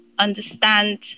Understand